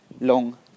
long